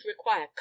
require